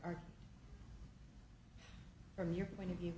are from your point of view